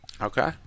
Okay